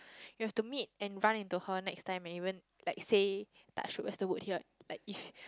you have to meet and run into her next time even like say touch wood where's the wood here like if